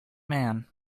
man